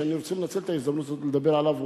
שאני רוצה לנצל את ההזדמנות ולדבר עליו,